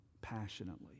passionately